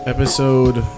Episode